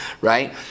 right